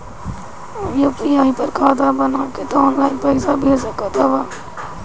UPI पर खाता बना के तू ऑनलाइन पईसा भेज सकत हवअ